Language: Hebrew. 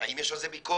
האם יש על זה ביקורת.